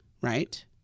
Right